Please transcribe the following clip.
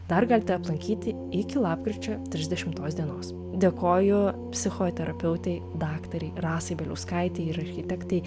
dar galite aplankyti iki lapkričio trisdešimtos dienos dėkoju psichoterapeutei daktarei rasai bieliauskaitei ir architektei